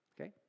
Okay